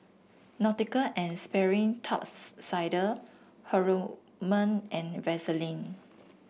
Nautica and Sperry Top Sider Haruma and Vaseline